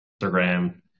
Instagram